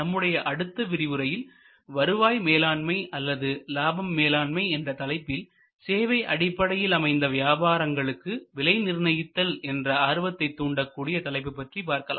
நம்முடைய அடுத்த விரிவுரையில் வருவாய் மேலாண்மை அல்லது லாபம் மேலாண்மை என்ற தலைப்பில் சேவை அடிப்படையில் அமைந்த வியாபாரங்களுக்கு விலை நிர்ணயித்தல் என்ற ஆர்வத்தை தூண்டக்கூடிய தலைப்பு பற்றி பார்க்கலாம்